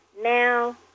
now